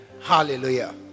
Hallelujah